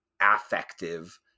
affective